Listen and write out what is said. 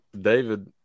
David